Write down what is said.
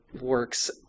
works